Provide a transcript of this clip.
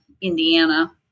Indiana